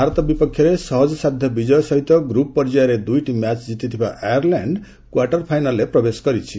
ଭାରତ ବିପକ୍ଷରେ ସହଜସାଧ୍ୟ ବିକ୍କୟ ସହିତ ଗ୍ରପ୍ ପର୍ଯ୍ୟାୟରେ ଦୁଇଟି ମ୍ୟାଚ୍ ଜିତିଥିବା ଆୟରଲ୍ୟାଣ୍ଡ କ୍ତାର୍ଟର ଫାଇନାଲ୍ରେ ପ୍ରବେଶ କରିଛି